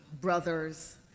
brothers